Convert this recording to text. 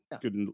Good